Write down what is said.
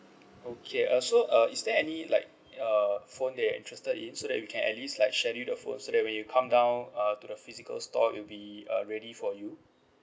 okay uh so uh is there any like uh phone that're interested in so that we can at least like schedule the phone so that when you come down uh to the physical store it will be uh ready for you